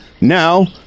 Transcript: Now